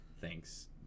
thanks